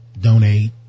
donate